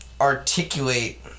articulate